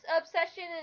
obsession